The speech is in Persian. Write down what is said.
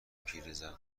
پیرزن